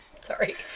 sorry